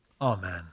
Amen